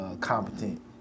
competent